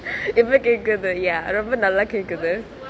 இப்பே கேக்குது:ippae kekuthu ya ரொம்ப நல்லா கேக்குது:rombe nalla kekuthu